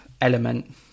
element